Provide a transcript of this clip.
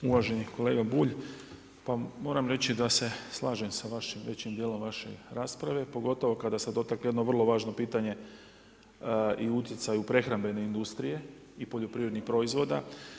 Uvaženi kolega Bulj, pa moram reći da se slažem sa vašim većim dijelom vaše rasprave pogotovo kada ste dotakli jedno vrlo važno pitanje i utjecaj prehrambene industrije i poljoprivrednih proizvoda.